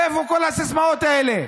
איפה כל הסיסמאות האלה?